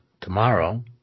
tomorrow